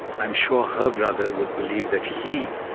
i'm sure her brother would believe that he,